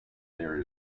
there